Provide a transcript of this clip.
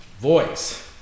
voice